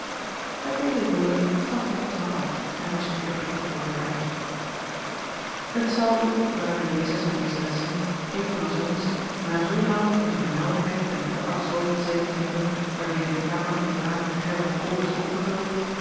met deze woorden trad hij de trap af en was spoedig de voordeur uit het zal u waarde lezers en lezeressen even als ons na zoo lang in de benaauwdheid en den tabaksrook gezeten te hebben waarmede de kamer van den braven gerlof bol is opgevuld